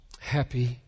happy